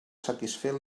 satisfer